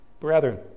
Brethren